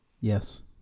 Yes